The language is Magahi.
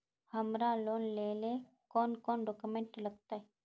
हमरा लोन लेले कौन कौन डॉक्यूमेंट लगते?